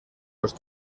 los